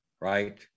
right